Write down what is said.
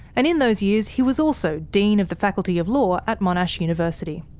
and in those years he was also dean of the faculty of law at monash university.